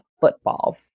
football